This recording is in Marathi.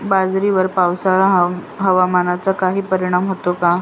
बाजरीवर पावसाळा हवामानाचा काही परिणाम होतो का?